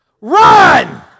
Run